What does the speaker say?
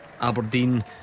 Aberdeen